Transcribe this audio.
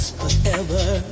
forever